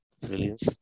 Brilliance